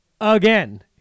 again